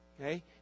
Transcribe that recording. Okay